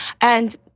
and-